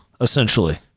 essentially